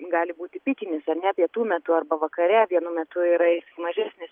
gali būti pikinis ar ne pietų metu arba vakare vienu metu yra mažesnis